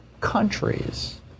countries